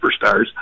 superstars